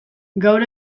gaur